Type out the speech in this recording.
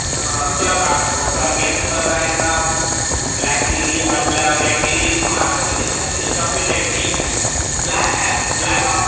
sir आप ब convince कर रहे न ब्लैक के लिए अ रेड के लिए तो हमारे पास इस टाइम इस्टोक में रेड नहीं है ब्लैक है ब्लैक आप